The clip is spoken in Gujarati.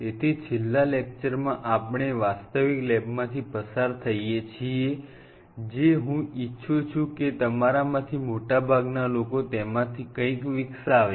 તેથી છેલ્લા લેક્ચરમાં આપ ણે વાસ્તવિક લેબમાંથી પસાર થઈએ છીએ જે હું ઈચ્છું છું કે તમારામાંથી મોટાભાગના લોકો તેમાથી કંઈક વિકસાવે